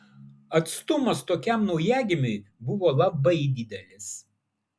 atstumas tokiam naujagimiui buvo labai didelis